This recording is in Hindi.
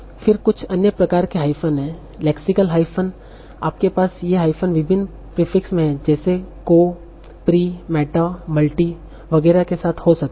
फिर कुछ अन्य प्रकार के हाइफ़न हैं लेक्सिकल हाइफ़न आपके पास ये हाइफ़न विभिन्न प्रीफिक्स में है जैसे को प्री मेटा मल्टी वगैरह के साथ हो सकते हैं